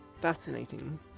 Fascinating